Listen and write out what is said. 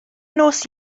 nos